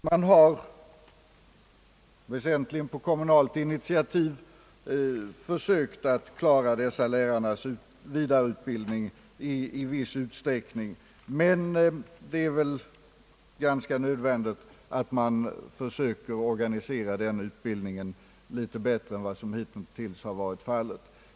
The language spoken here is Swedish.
Man har väsentligen på kommunalt initiativ försökt att klara dessa lärares vidareutbildning i viss utsträckning, men det är ganska nödvändigt att man försöker tillgodose denna utbildning litet bättre än vad som hittills har varit fallet.